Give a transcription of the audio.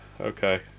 Okay